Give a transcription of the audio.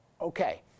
Okay